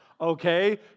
okay